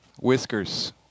Whiskers